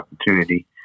opportunity